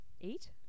Eight